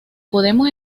podemos